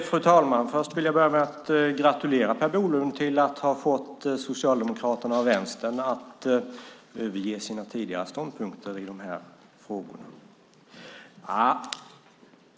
Fru talman! Jag vill börja med att gratulera Per Bolund till att ha fått Socialdemokraterna och Vänstern att överge sina tidigare ståndpunkter i de här frågorna.